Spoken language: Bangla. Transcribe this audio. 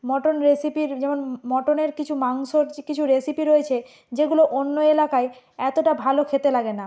মটন রেসিপির যেমন মটনের কিছু মাংসর যে কিছু রেসিপি রয়েছে যেগুলো অন্য এলাকায় এতোটা ভালো খেতে লাগে না